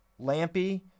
Lampy